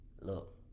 look